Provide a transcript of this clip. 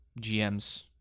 GM's